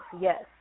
yes